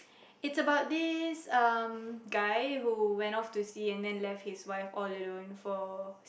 it's about this um guy who went off to sea and then left his wife all alone for